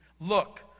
Look